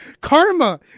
Karma